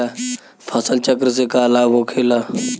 फसल चक्र से का लाभ होखेला?